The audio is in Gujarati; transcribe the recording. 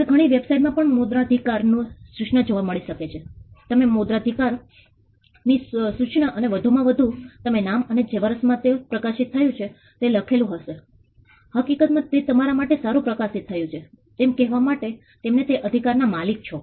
તમે ઘણી વેબસાઈટ માં પણ મુદ્રણાધિકાર ની સૂચના જોવા મળી શકે છે તમે મુદ્રણાધિકાર ની સૂચના અને વધુમાં વધુ તને નામ અને જે વર્ષ માં તે પ્રકાશિત થયું છે તે લખેલું હશે હકીકતમાં તે તમારા માટે સારું પ્રકાશિત થયું છે તેમ ક્હેવા માટે કે તેમેજ તે અધિકારના મલિક છો